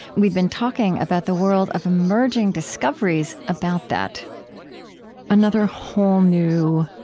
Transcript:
we've been talking about the world of emerging discoveries about that another whole new